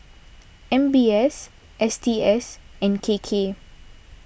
M B S S T S and K K